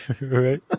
Right